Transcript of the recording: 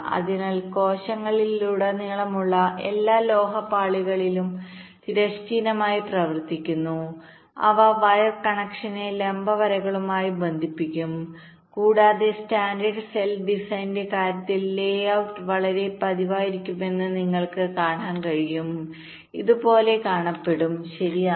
അതിനാൽ കോശങ്ങളിലുടനീളമുള്ള എല്ലാ ലോഹ പാളികളും തിരശ്ചീനമായി പ്രവർത്തിക്കുന്നു അവ വയർ കണക്ഷനെ ലംബ വരകളുമായി ബന്ധിപ്പിക്കും കൂടാതെ സ്റ്റാൻഡേർഡ് സെൽ ഡിസൈനിന്റെ കാര്യത്തിൽ ലേ ഔട്ട് വളരെ പതിവായിരിക്കുമെന്ന് നിങ്ങൾക്ക് കാണാൻ കഴിയും ഇത് ഇതുപോലെ കാണപ്പെടും ശരിയാണ്